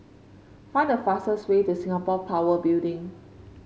find the fastest way to Singapore Power Building